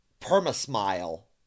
perma-smile